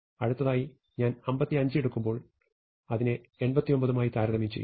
അടുത്തതായി ഞാൻ 55 എടുക്കുമ്പോൾ ഞാൻ അതിനെ 89 മായി താരതമ്യം ചെയ്യുന്നു